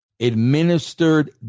administered